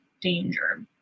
danger